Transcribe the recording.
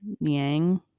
Yang